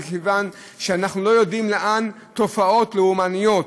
מכיוון שאנחנו לא יודעים לאן תופעות לאומניות,